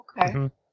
Okay